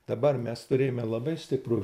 dabar mes turėjome labai stiprų